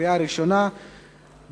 והצעת חוק שירות המדינה (מינויים) (תיקון מס' 14) (מינוי ממלא-מקום),